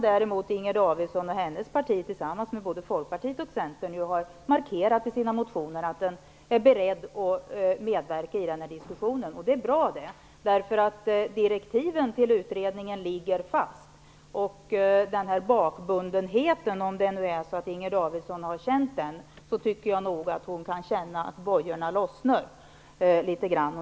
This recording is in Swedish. Däremot har Inger Davidson och hennes parti tillsammans med både Folkpartiet och Centern markerat i sina motioner att de är beredda att medverka i denna diskussion. Det är bra. Direktiven till utredningen ligger fast. Om det nu är så att Inger Davidson har känt sig bakbunden tycker jag nog att hon kan känna att bojorna lossnar litet.